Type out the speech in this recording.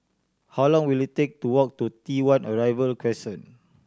how long will it take to walk to T One Arrival Crescent